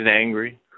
angry